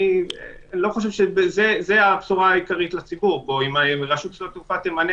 ואני לא חושב שאם רשות שדות התעופה תמנה